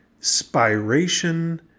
spiration